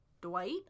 dwight